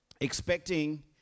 expecting